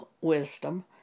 wisdom